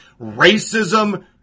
racism